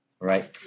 right